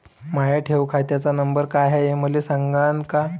माया ठेव खात्याचा नंबर काय हाय हे मले सांगान का?